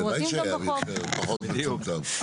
הלוואי שהיה פחות מצומצם.